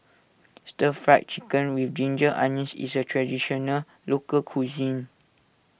Stir Fried Chicken with Ginger Onions is a Traditional Local Cuisine